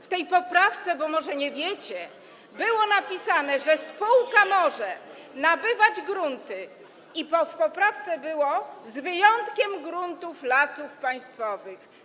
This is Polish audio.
W tej poprawce, bo może nie wiecie, było napisane, że spółka może nabywać grunty, i w poprawce było: z wyjątkiem gruntów Lasów Państwowych.